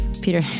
Peter